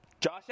Josh